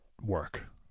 work